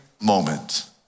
moment